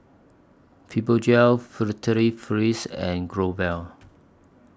Fibogel Furtere Paris and Growell